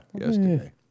yesterday